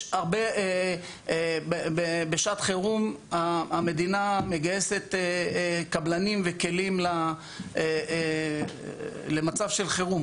בשעת חירום המדינה מגייסת קבלנים וכלים למצב חירום.